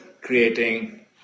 creating